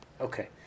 Okay